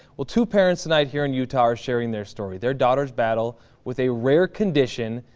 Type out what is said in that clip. we'll to parents tonight here in utah are sharing their story their daughter's battle with a rare condition.